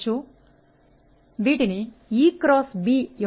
EB B